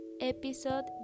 episode